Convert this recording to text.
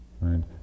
right